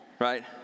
right